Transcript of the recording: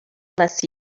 bless